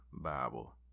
Bible